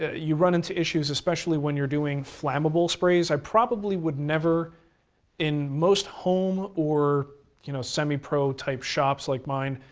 you run into issues especially when you're doing flammable sprays. i probably would never in most home or you know semi pro type shops like mine,